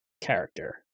character